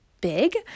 big